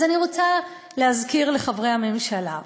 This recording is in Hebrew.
אז אני רוצה להזכיר לחברי הממשלה: